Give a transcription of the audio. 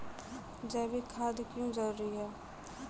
जैविक खाद क्यो जरूरी हैं?